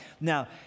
Now